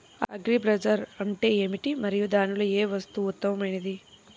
Agri bazaar అంటే ఏమిటి మరియు దానిలో ఏ వస్తువు ఉత్తమమైనది?